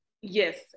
Yes